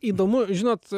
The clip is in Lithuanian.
įdomu žinot